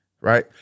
right